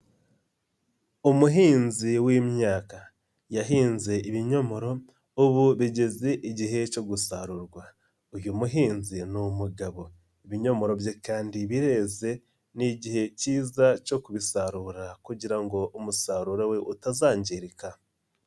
Umuhinzi w'imyaka yahinze ibinyomoro ubu bigeze igihe cyo gusarurwa, uyu muhinzi ni umugabo, ibinyomoro bye kandi bireze ni igihe cyiza cyo kubisarura kugira ngo umusaruro we utazangirika.